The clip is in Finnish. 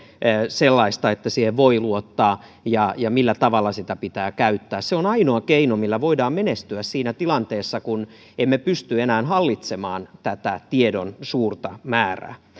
sellaista että siihen voi luottaa ja ja millä tavalla sitä pitää käyttää se on ainoa keino millä voidaan menestyä siinä tilanteessa kun emme pysty enää hallitsemaan tätä tiedon suurta määrää